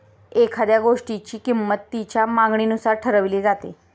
एखाद्या गोष्टीची किंमत तिच्या मागणीनुसार ठरवली जाते